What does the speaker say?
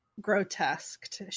grotesque